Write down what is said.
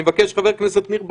אני מבקש את חבר הכנסת ניר ברקת,